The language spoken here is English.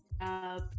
up